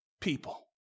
people